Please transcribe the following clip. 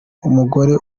w’umugore